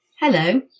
Hello